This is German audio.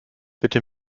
bitte